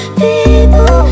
people